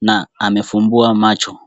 na amefumbua macho.